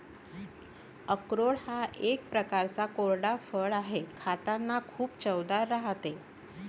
अक्रोड हा एक प्रकारचा कोरडा फळ आहे, खातांना खूप चवदार राहते